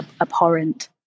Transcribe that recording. abhorrent